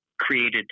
created